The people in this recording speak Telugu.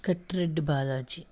కత్తిరెడ్డి బాలాజీ